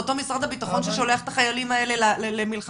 זה אותו משרד הבטחון ששולח את החיילים האלה למלחמה,